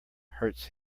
hurts